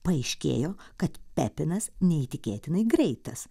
paaiškėjo kad pepinas neįtikėtinai greitas